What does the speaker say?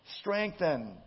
Strengthen